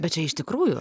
bet čia iš tikrųjų